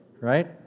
right